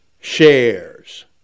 shares